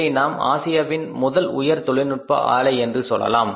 இதை நாம் ஆசியாவின் முதல் உயர் தொழில்நுட்ப ஆளை என்று சொல்லலாம்